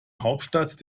hauptstadt